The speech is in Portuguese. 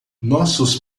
nossos